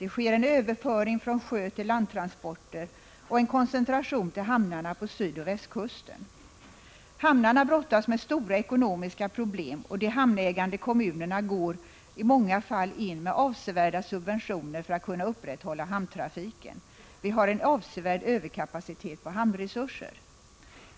Det sker en överföring från sjötill landtransporter och en koncentration till hamnarna på sydoch västkusten. Hamnarna brottas med stora ekonomiska problem, och de hamnägande kommunerna går i många fall in med avsevärda subventioner för att kunna upprätthålla hamntrafiken. Vi har en avsevärd överkapacitet på hamnresurser.